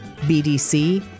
BDC